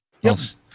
Yes